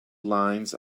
lines